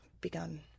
begun